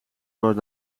worden